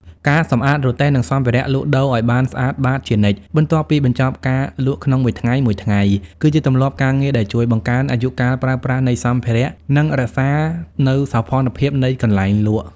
ការសម្អាតរទេះ និងសម្ភារៈលក់ដូរឱ្យបានស្អាតបាតជានិច្ច បន្ទាប់ពីបញ្ចប់ការលក់ក្នុងមួយថ្ងៃៗ គឺជាទម្លាប់ការងារដែលជួយបង្កើនអាយុកាលប្រើប្រាស់នៃសម្ភារៈ និងរក្សានូវសោភ័ណភាពនៃកន្លែងលក់។